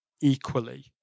equally